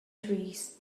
trees